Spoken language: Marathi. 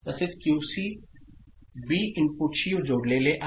तसेच क्यूसी बी इनपुटशी जोडलेले आहे